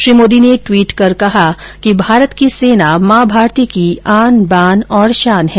श्री मोदी ने ट्वीट कर कहा भारत की सेना मां भारती की आन बान और शान है